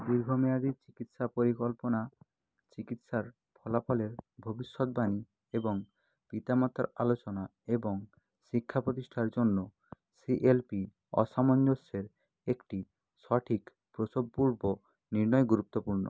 দীর্ঘমেয়াদী চিকিৎসা পরিকল্পনা চিকিৎসার ফলাফলের ভবিষ্যৎ বাণী এবং পিতা মাতার আলোচনা এবং শিক্ষা প্রতিষ্ঠার জন্য সি এল পি অসামঞ্জস্যের একটি সঠিক প্রসবপূর্ব নির্ণয় গুরুত্বপূর্ণ